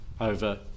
over